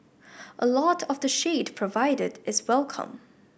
a lot of the shade provided is welcome